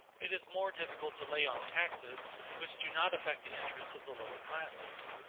it is more difficult to lay on taxes which do not affect the interests of the lower classes.